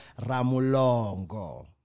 Ramulongo